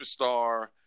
Superstar